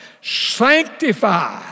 sanctify